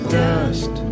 dust